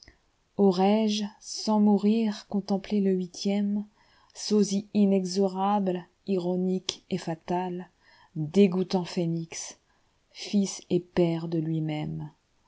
aurais-je sans mourir contemplé le huitième sosie inexorable ironique et fatal dégoûtant phénix fils et père de lui-même